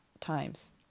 times